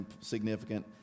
significant